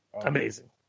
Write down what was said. Amazing